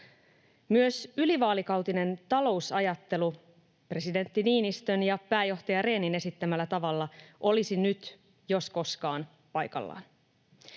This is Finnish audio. Myös ylivaalikautinen talousajattelu presidentti Niinistön ja pääjohtaja Rehnin esittämällä tavalla olisi nyt jos koskaan paikallaan.